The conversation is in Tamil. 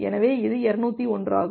எனவே இது 201 ஆகும்